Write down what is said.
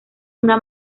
una